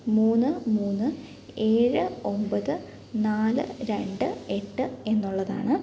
മൂന്ന് മൂന്ന് ഏഴ് ഒമ്പത് നാല് രണ്ട് എട്ട് എന്നുള്ളതാണ്